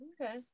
okay